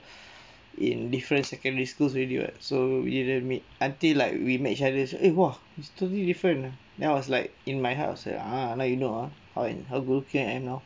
in different secondary schools already [what] so we didn't meet until like we met each others eh !wah! is totally different lah then I was like in my heart upset ah like you uh how go can you know